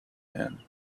man